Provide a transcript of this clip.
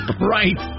Right